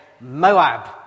Moab